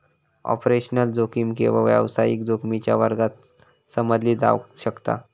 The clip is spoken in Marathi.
ऑपरेशनल जोखीम केवळ व्यावसायिक जोखमीच्या वर्गात समजली जावक शकता